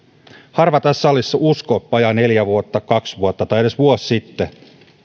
harva tässä salissa uskoi vajaa neljä vuotta kaksi vuotta tai edes vuosi sitten